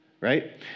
right